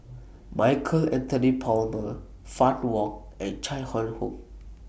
Michael Anthony Palmer Fann Wong and Chai Hon Yoong